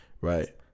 right